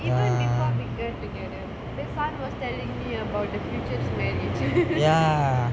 even before they got together the sun was telling me about the future of marriage